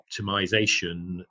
optimization